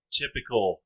typical